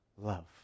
Love